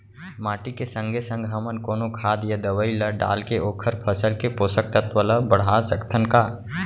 माटी के संगे संग हमन कोनो खाद या दवई ल डालके ओखर फसल के पोषकतत्त्व ल बढ़ा सकथन का?